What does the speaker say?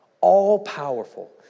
all-powerful